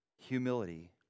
humility